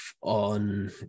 on